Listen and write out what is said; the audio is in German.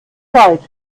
zeit